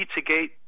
Pizzagate